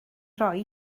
roi